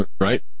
Right